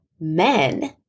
men